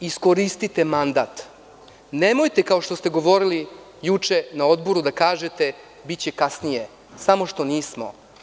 Iskoristite mandat, nemojte kao što ste govorili juče na Odboru da kažete – biće kasnije, samo što nismo.